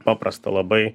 paprasta labai